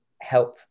help